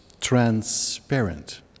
transparent